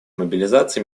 мобилизации